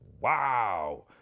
Wow